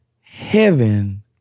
Heaven